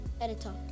Editor